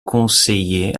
conseiller